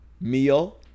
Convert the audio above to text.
Meal